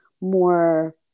more